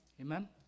Amen